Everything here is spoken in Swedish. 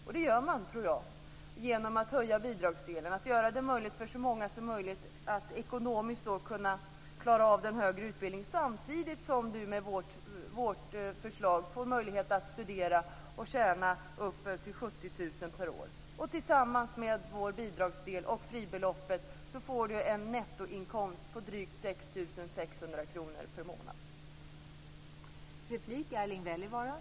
Det åstadkommer man, tror jag, genom att höja bidragsdelen och göra det möjligt för så många som möjligt att ekonomiskt klara av en högre utbildning. Med vårt förslag får man möjlighet att studera och samtidigt tjäna upp till 70 000 per år. Med vår bidragsdel och fribeloppet får man en nettoinkomst på drygt 6 600 kr per månad.